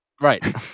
Right